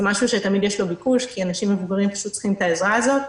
זה משהו שתמיד יש לו ביקוש כי אנשים מבוגרים צריכים את העזרה הזאת.